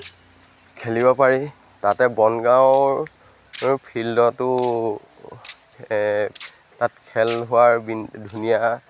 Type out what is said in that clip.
খেলিব পাৰি তাতে বনগাঁৱৰ ফিল্ডতো তাত খেল হোৱাৰ বিন ধুনীয়া